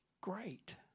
great